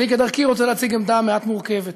אני כדרכי רוצה להציג עמדה מעט מורכבת.